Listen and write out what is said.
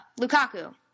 Lukaku